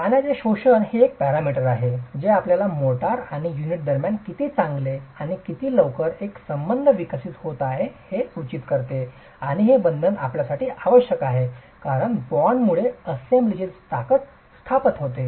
तर पाण्याचे शोषण हे एक पॅरामीटर आहे जे आपल्याला मोर्टार आणि युनिट दरम्यान किती चांगले आणि किती लवकर एक बंध विकसित होत आहे हे सूचित करते आणि हे बंधन आपल्यासाठी आवश्यक आहे कारण बॉन्डमुळे असेंब्लीची ताकद स्थापित होते